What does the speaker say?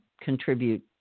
contribute